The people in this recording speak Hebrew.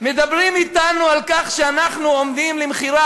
מדברים אתנו על כך שאנחנו עומדים למכירה,